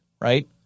right